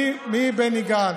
מבני גנץ,